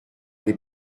les